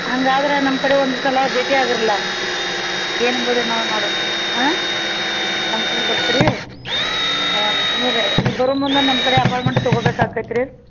ಹಂಗಾದ್ರೆ ನಮ್ಮ ಕಡೆ ಒಂದ್ಸಲ ಭೇಟಿ ಆಗ್ರಲ್ಲಾ ಏನು ಅಂಬುದೆ ನಾವು ನೋಡುಣ ರೀ ಹಾಂ ನಮ್ಮ ಕಡೆ ಬರ್ತಿರಿ ಹಾಂ ನೋಡಿರಿ ನೀವು ಬರು ಮುಂದ ನಮ್ಮ ಕಡೆ ಅಪಾಯಿಂಟ್ಮೆಂಟ್ ತಗೊಬೇಕು ಅಕ್ಕತು ರೀ